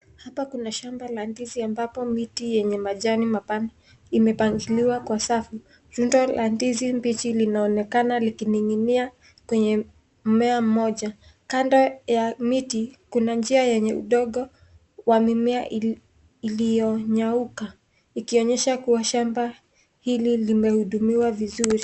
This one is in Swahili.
Hapa kuna shamba la ndizi ambapo miti yenye majani mapana imepangiliwa kwa safu. Rundo la ndizi mbichi linaonekana likining'inia kwenye mmea mmoja. Kando ya miti, kuna njia yenye udongo wa mimea iliyonyauka, ikionyesha kuwa shamba hili limehudumiwa vizuri.